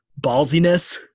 ballsiness